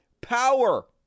power